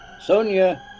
Sonia